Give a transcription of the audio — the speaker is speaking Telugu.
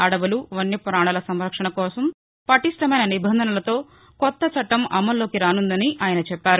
అడపులు వన్యపాణుల రక్షణ కోసం పటిష్టమైన నిబంధనలతో కొత్త చట్టం అమలులోకి రాసుందని ఆయన చెప్పారు